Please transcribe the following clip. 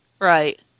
Right